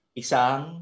isang